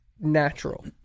natural